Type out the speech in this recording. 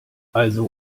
also